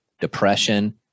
depression